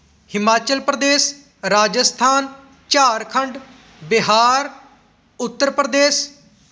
Himachal Pradesh Rajasthan Jharkhand Bihar Uttar Pradesh